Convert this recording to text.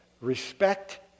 respect